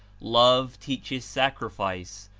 love teaches sacrifice,